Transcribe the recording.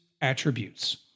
attributes